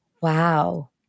Wow